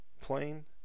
plane